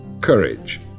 courage